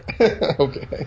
Okay